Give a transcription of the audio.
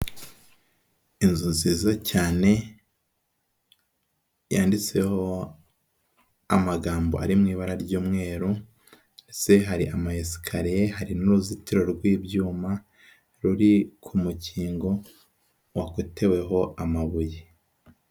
Inzu nziza cyane, yanditseho amagambo ari mu ibara ry'umweru, ndetse hari ama esikariye, hari n'uruzitiro rw'ibyuma, ruri ku mukingo wakoteweho amabuye.